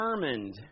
determined